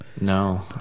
no